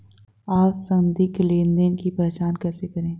आप संदिग्ध लेनदेन की पहचान कैसे करेंगे?